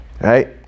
right